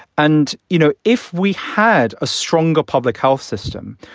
and, you know, if we had a stronger public health system,